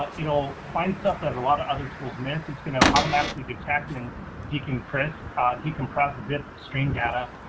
ah you know finds stuff that a lot of other tools miss. it's gonna automatically detect and decompress decompress zip string data,